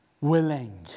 willing